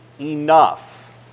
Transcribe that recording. enough